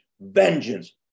vengeance